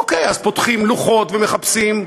אוקיי, אז פותחים לוחות ומחפשים,